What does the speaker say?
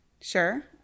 Sure